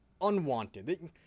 unwanted